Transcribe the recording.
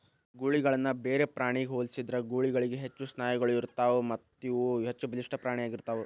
ಗೂಳಿಗಳನ್ನ ಬೇರೆ ಪ್ರಾಣಿಗ ಹೋಲಿಸಿದ್ರ ಗೂಳಿಗಳಿಗ ಹೆಚ್ಚು ಸ್ನಾಯುಗಳು ಇರತ್ತಾವು ಮತ್ತಇವು ಹೆಚ್ಚಬಲಿಷ್ಠ ಪ್ರಾಣಿ ಆಗಿರ್ತಾವ